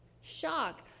shock